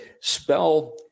spell